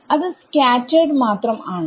ഇത് സ്കാറ്റെർഡ് മാത്രം ആണ്